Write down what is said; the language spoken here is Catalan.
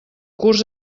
curs